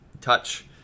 touch